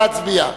נא להצביע.